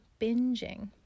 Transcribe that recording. binging